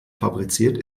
fabriziert